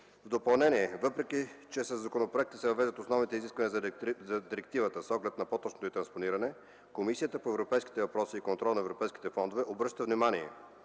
В допълнение, въпреки че със законопроекта се въвеждат основните изисквания на директивата, с оглед на по-точното й транспониране, Комисията по европейските въпроси и контрол на европейските фондове обръща внимание